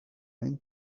men